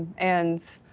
and,